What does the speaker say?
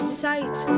sight